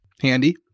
Handy